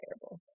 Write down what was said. terrible